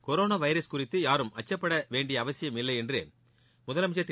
corona virus குறித்து யாரும் அச்சப்பட வேண்டிய அவசியம் இல்லை என்று முதலமைச்சா் திரு